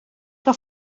que